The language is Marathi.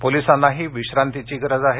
पोलिसांनाही विश्रांतीची गरज आहे